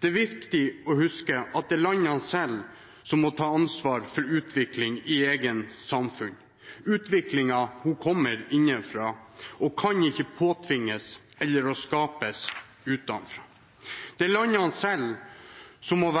Det er viktig å huske at det er landene selv som må ta ansvar for utviklingen i eget samfunn. Utvikling kommer innenfra og kan ikke påtvinges eller skapes utenfra. Det er landene selv som må